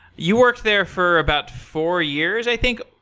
you worked there for about four years, i think.